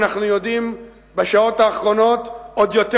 אנחנו יודעים בשעות האחרונות עוד יותר